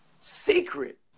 secret